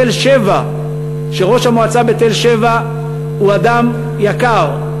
בתל-שבע ראש המועצה הוא אדם יקר,